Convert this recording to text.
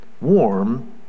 warm